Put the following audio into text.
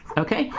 okay?